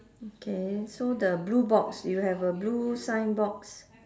okay so the blue box you have a blue sign box